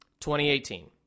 2018